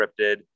scripted